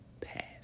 path